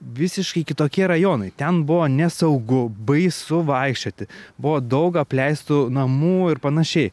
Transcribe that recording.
visiškai kitokie rajonai ten buvo nesaugu baisu vaikščioti buvo daug apleistų namų ir panašiai